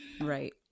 Right